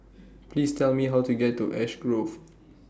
Please Tell Me How to get to Ash Grove